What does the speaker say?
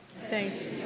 Thanks